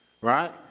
right